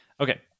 Okay